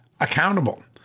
accountable